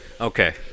Okay